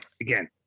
again